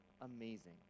amazing